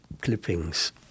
clippings